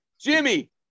Jimmy